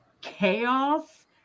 chaos